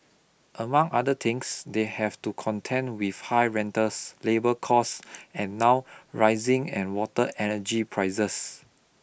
among other things they have to contend with high rentals labour costs and now rising and water energy prices